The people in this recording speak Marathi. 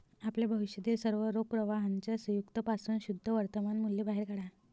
आपल्या भविष्यातील सर्व रोख प्रवाहांच्या संयुक्त पासून शुद्ध वर्तमान मूल्य बाहेर काढा